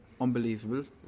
unbelievable